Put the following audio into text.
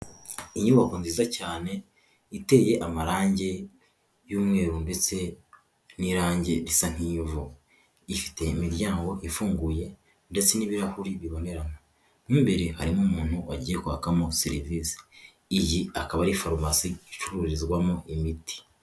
Inyubako nziza cyane iteye amarangi y'umweru ndetse n'irangi risa nk'ivu ifite imiryango ifunguye ndetse n'ibirahuri bibonerana nk'imbere harimo umuntu wagiye kwakamo serivisi iyi akaba ari forumasi icururizwamo imiti.